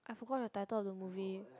forgot the title of the movie